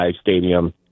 stadium